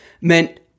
meant